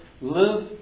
Live